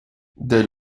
dès